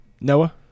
Noah